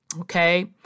Okay